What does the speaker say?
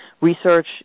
research